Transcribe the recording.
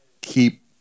Keep